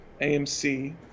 AMC